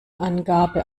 angabe